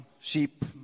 sheep